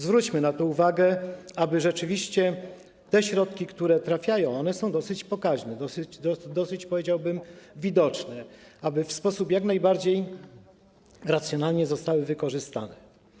Zwróćmy na to uwagę, aby rzeczywiście środki, które trafiają i które są dosyć pokaźne, dosyć, powiedziałbym, widoczne, w sposób jak najbardziej racjonalny zostały wykorzystane.